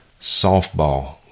softball